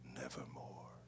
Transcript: nevermore